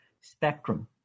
spectrum